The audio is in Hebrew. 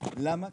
למה?